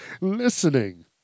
listening